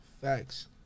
Facts